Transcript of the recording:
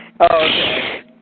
okay